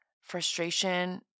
frustration